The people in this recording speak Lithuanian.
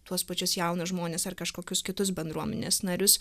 tuos pačius jaunus žmones ar kažkokius kitus bendruomenės narius